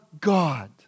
God